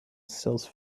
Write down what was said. sells